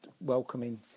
welcoming